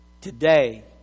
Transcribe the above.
Today